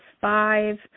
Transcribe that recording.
five